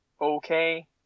okay